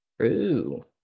True